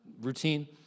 routine